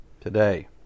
today